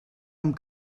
amb